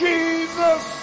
Jesus